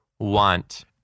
want